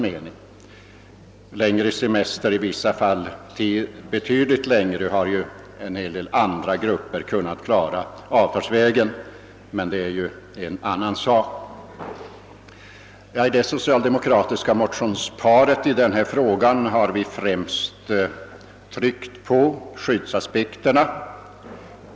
Betydligt längre semester har en hel del andra grupper kunnat tillförsäkra sig avtalsvägen, men det är en annan sak. I det socialdemokratiska motionsparet i denna fråga har vi främst framhållit skyddsaspekterna.